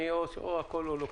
או הכול או לא כלום.